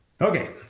Okay